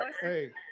hey